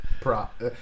prop